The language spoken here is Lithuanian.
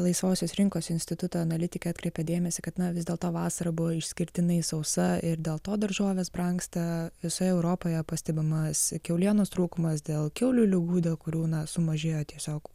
laisvosios rinkos instituto analitikė atkreipė dėmesį kad na vis dėlto vasara buvo išskirtinai sausa ir dėl to daržovės brangsta visoje europoje pastebimas kiaulienos trūkumas dėl kiaulių ligų dėl kurių na sumažėjo tiesiog